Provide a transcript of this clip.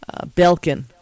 Belkin